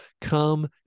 come